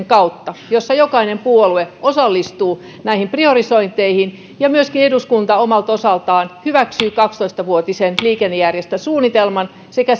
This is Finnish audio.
kautta jolloin jokainen puolue osallistuu näihin priorisointeihin ja myöskin eduskunta omalta osaltaan hyväksyy kaksitoista vuotisen liikennejärjestelmäsuunnitelman sekä